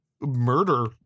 murder